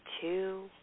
two